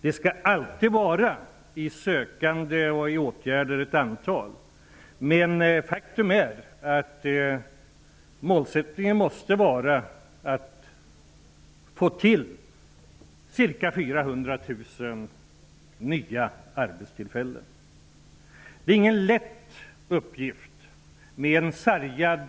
Det skall alltid finnas ett antal som söker arbete eller befinner sig i åtgärder, men faktum är att målsättningen måste vara att få till stånd ca 400 000 nya arbetstillfällen. Det är ingen lätt uppgift när man har en sargad